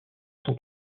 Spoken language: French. sont